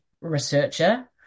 researcher